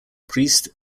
priest